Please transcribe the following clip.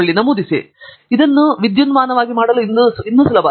ತಂಗಿರಾಲ ಇದನ್ನು ವಿದ್ಯುನ್ಮಾನ ವಾಗಿ ಮಾಡಲು ತುಂಬಾ ಸುಲಭ